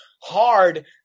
hard